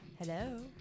hello